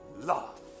love